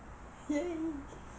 !yay!